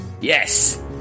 yes